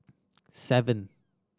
seven